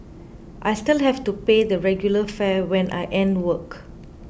I still have to pay the regular fare when I end work